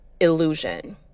illusion